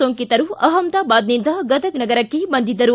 ಸೋಂಕಿತರು ಅಹಮದಾಬಾದ್ನಿಂದ ಗದಗ್ ನಗರಕ್ಷೆ ಬಂದಿದ್ದರು